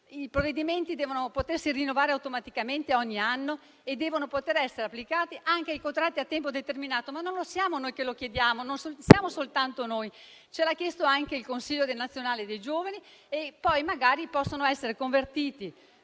I provvedimenti devono potersi rinnovare automaticamente ogni anno e devono poter essere applicati anche ai contratti a tempo determinato. Non siamo solo noi a chiederlo; ce l'ha chiesto anche il Consiglio del nazionale dei giovani perché poi, magari, possono essere convertiti